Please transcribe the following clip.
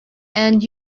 and